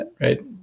right